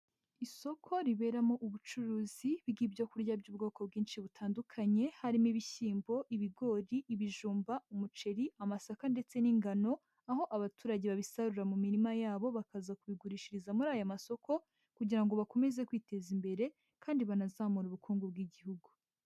Isoko riberamo ubucuruzi bw'ibyo kurya by'ubwoko bwinshi butandukanye, harimo ibishyimbo, ibigori, ibijumba, umuceri, amasaka ndetse n'ingano, aho abaturage babisarura mu mirima yabo, bakaza kubigurishiriza muri aya masoko kugira ngo bakomeze kwiteza imbere kandi banazamure ubukungu bw'igihugu.